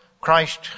Christ